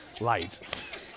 light